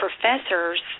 professors